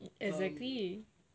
exactly